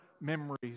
memories